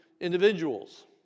individuals